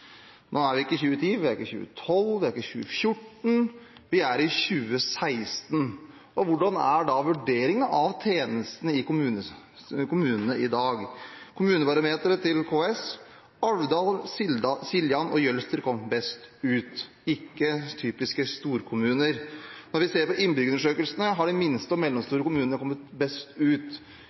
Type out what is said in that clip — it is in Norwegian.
Nå er vi ikke i 2010, vi er ikke i 2012, vi er ikke i 2014 – vi er i 2016. Og hvordan er da vurderingen av tjenestene i kommunene i dag? Kommunebarometeret til KS: Alvdal, Siljan og Jølster kom best ut, ikke typiske storkommuner. Når vi ser på innbyggerundersøkelsene, har de minste og mellomstore kommunene kommet best ut,